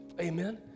amen